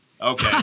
okay